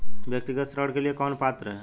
व्यक्तिगत ऋण के लिए कौन पात्र है?